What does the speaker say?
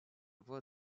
voie